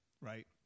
right